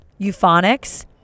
Euphonics